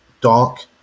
dark